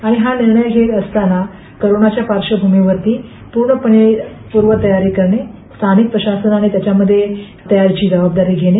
आणि हा निर्णय घेत असतांना कोरोनाच्या पार्श्वभूमीवरती पूर्णपणे पूर्व तयारी करणे स्थानिक प्रशासन आणि त्याच्यामध्ये तयारीची जबाबदारी घेणे